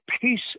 Peace